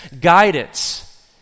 guidance